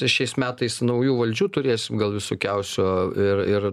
šiais metais naujų valdžių turėsim gal visokiausio ir ir